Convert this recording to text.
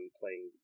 playing